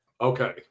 Okay